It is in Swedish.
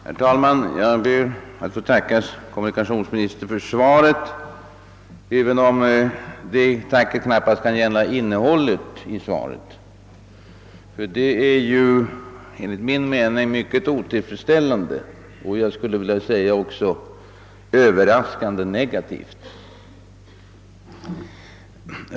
Herr talman! Jag ber att få tacka kommunikationsministern för svaret även om det tacket knappast kan gälla innehållet i svaret, ty det är enligt min mening mycket otillfredsställande och, jag skulle också vilja säga, överraskande negativt.